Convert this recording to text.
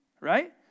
right